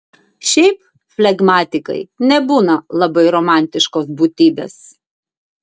šiaip flegmatikai nebūna labai romantiškos būtybės